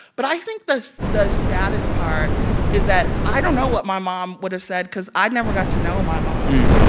but i think the saddest part is that i don't know what my mom would have said because i never got to know my mom.